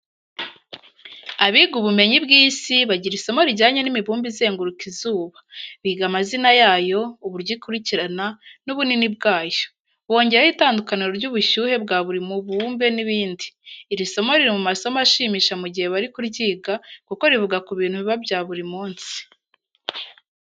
Abiga ubumenyi bw'isi bagira isomo rijyanye n'imibumbe izenguruka izuba. Biga amazina yayo, uburyo ikuricyirana, n'ubunini bwayo. Bongeraho itandukaniro ry'ubushyuhe bwa buri mubumbe n'ibindi. Iri somo riri mu masomo ashimisha mu jyihe bari kuryiga kuko rivuga ku bintu biba bya buri munsi.